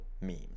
memes